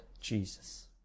Jesus